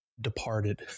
departed